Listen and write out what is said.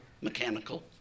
mechanical